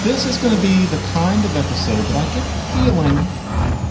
this is gonna be the kind of episode that i get the feeling